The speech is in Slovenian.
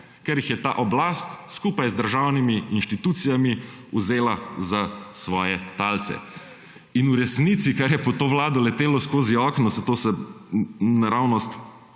ker jih je ta oblast skupaj z državnimi inštitucijami vzela za svoje talce. In v resnici, kar je pod to vlado letelo skozi okno, saj to se naravnost